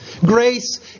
Grace